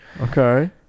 Okay